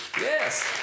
Yes